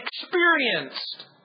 experienced